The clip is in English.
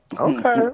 Okay